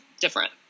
different